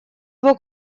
его